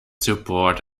support